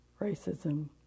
racism